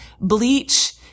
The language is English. bleach